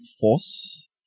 force